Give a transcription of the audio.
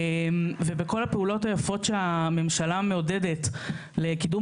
ובכל הפעולות היפות שהממשלה מעודדת לקידום